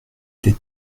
des